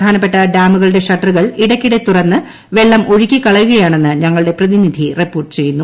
പ്രധാനപ്പെട്ട ഡാമുകളുടെ ഷട്ടറുകൾ ഇടയ്ക്കിടെ തുറന്ന് വെള്ളം ഒഴുക്കിക്കളയുകയാണെന്ന് ഞങ്ങളുടെ പ്രതിനിധി റിപ്പോർട്ട് ചെയ്യുന്നു